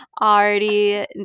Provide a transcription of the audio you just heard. Already